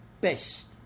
best